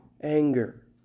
anger